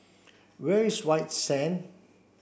where is White Sand